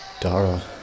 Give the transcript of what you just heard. Dara